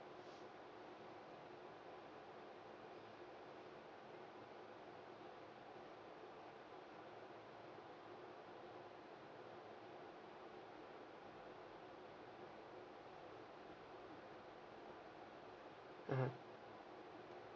(uh huh)